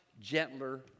gentler